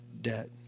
debt